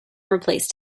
replaced